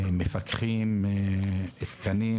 מפתחים תקנים